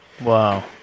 Wow